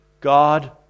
God